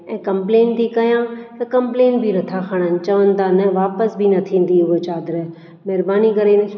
ऐं कंप्लेन थी कयां त कंप्लेन बि नथा खणनि चवनि ता न वापसि बि न थींदी हूअ चादर महिरबानी करे